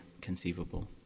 conceivable